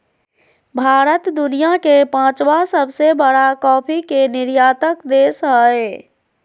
भारत दुनिया के पांचवां सबसे बड़ा कॉफ़ी के निर्यातक देश हइ